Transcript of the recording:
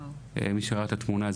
מה שראה את התמונה,